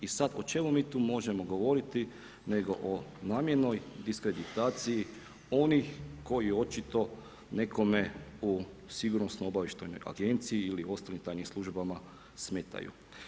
I sada o čemu mi tu možemo govoriti, nego o namjernoj diskreditaciji onih koji očito nekome u Sigurnosno-obavještajnoj agenciji ili ostalim tajnim službama smetaju.